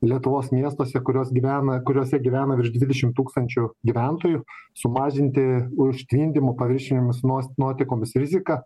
lietuvos miestuose kurios gyvena kuriuose gyvena virš dvidešim tūkstančių gyventojų sumažinti užtvindymo paviršinėmis nuos nuotekomis riziką